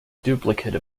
duplicate